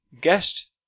Guest